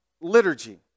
liturgy